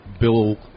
Bill